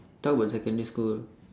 talk about secondary school